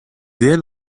sehr